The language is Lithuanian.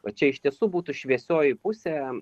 va čia iš tiesų būtų šviesioji pusė